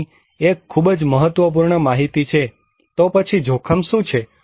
અહીં એક ખૂબ જ મહત્વપૂર્ણ માહિતી છે તો પછી જોખમ શું છે